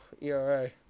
ERA